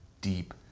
deep